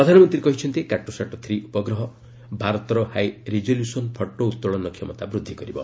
ପ୍ରଧାନମନ୍ତ୍ରୀ କହିଛନ୍ତି Cartosat three ଉପଗ୍ରହ ଭାରତର ହାଇ ରିଜଲ୍ୟୁସନ୍ ଫଟୋ ଉତ୍ତୋଳନ କ୍ଷମତା ବୃଦ୍ଧି କରିବ